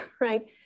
right